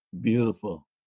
Beautiful